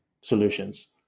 solutions